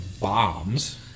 bombs